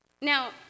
Now